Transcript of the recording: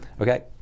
okay